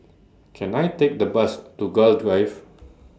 Can I Take The Bus to Gul Drive